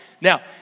Now